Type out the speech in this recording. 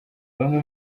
bamwe